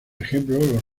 ejemplo